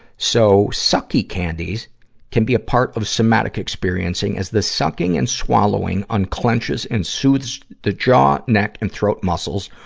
so, sucky candies can be a part of somatic experiencing, as the sucking and swallowing unclenches and soothes the jaw, neck, and throat muscles,